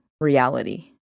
reality